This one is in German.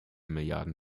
milliarden